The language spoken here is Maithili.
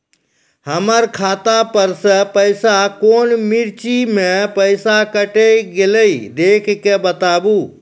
हमर खाता पर से पैसा कौन मिर्ची मे पैसा कैट गेलौ देख के बताबू?